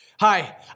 Hi